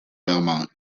belmont